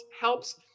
helps